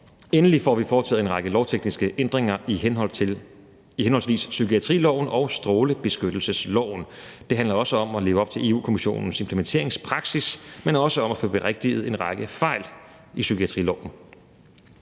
Endelig får vi foretaget en række lovtekniske ændringer i henholdsvis psykiatriloven og strålebeskyttelsesloven, og det handler også om at leve op til Europa-Kommissionens implementeringspraksis, men også om at få berigtiget en række fejl i psykiatriloven,